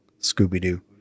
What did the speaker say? Scooby-Doo